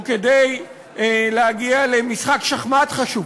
או כדי להגיע למשחק שחמט חשוב,